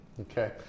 Okay